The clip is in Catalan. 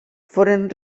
foren